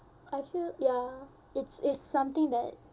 I feel ya it's it's something that